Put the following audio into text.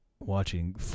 Watching